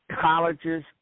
colleges